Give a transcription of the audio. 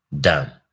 Done